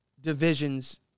division's